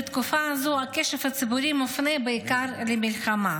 בתקופה זו הקשב הציבורי מופנה בעיקר למלחמה.